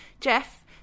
Jeff